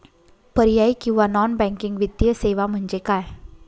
पर्यायी किंवा non banking वित्तीय सेवा म्हणजे काय?